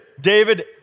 David